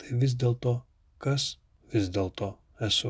tai vis dėlto kas vis dėlto esu